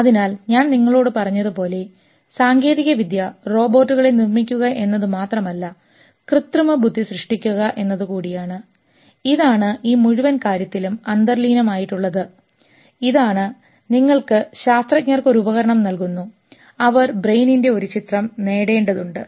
അതിനാൽ ഞാൻ നിങ്ങളോട് പറഞ്ഞതുപോലെ സാങ്കേതികവിദ്യ റോബോട്ടുകളെ നിർമ്മിക്കുക എന്നത് മാത്രമല്ല കൃത്രിമബുദ്ധി സൃഷ്ടിക്കുക എന്നത് കൂടിയാണ് ഇതാണ് ഈ മുഴുവൻ കാര്യത്തിലും അന്തർലീനമായിട്ടുള്ളത് നിങ്ങൾ ശാസ്ത്രജ്ഞർക്ക് ഒരു ഉപകരണം നൽകുന്നു അവർക്ക് ബ്രെയിനിൻറെ ഒരു ചിത്രം നേടേണ്ടതുണ്ട്